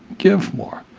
give more.